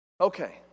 Okay